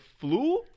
flu